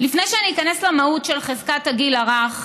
לפני שאני אכנס למהות של חזקת הגיל הרך,